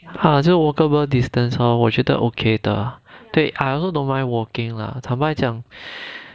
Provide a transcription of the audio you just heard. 就是 walkable distance hor 我觉得 okay 的对 I also don't mind walking lah 坦白讲